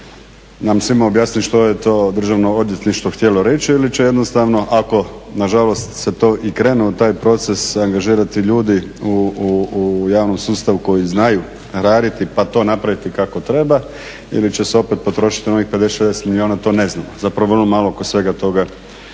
nam svima objasni što je to Državno odvjetništvo htjelo reći ili će jednostavno ako nažalost se to i krene u taj proces angažirati ljudi u javnom sustavu koji znaju raditi pa to napraviti kako treba ili će se opet potrošiti novih 50-60 milijuna to ne znamo. Zapravo vrlo malo oko svega toga